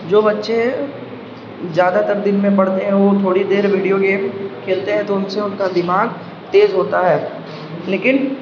جو بچے زیادہ تر دن میں پڑھتے ہیں وہ تھوڑی دیر ویڈیو گیم کھیلتے ہیں تو ان سے ان کا دماغ تیز ہوتا ہے لیکن